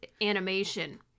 animation